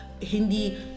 Hindi